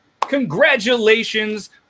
Congratulations